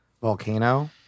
volcano